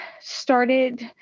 started